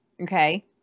okay